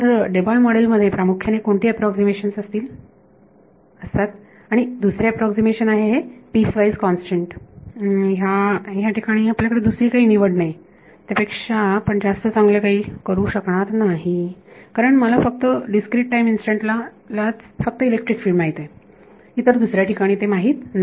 तर Debye model मध्ये प्रामुख्याने कोणती अॅप्रॉक्सीमेशन असतात आणि आणि दुसरे अॅप्रॉक्सीमेशन आहे हे पीसवाईज कॉन्स्टंट या या ठिकाणी आपल्याकडे दुसरी काही निवड नाही त्यापेक्षा पण जास्त चांगले काही करू शकणार नाही कारण मला फक्त डिस्क्रीट टाईम इन्स्टंट ला च फक्त इलेक्ट्रिक फिल्ड माहित आहे इतर दुसऱ्या ठिकाणी ते माहीत नाही